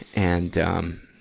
and, um,